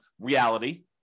reality